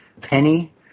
Penny